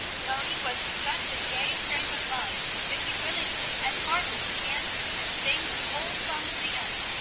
moni was in such a gay frame of mind that he willingly and heartily began and sang his whole song to the end.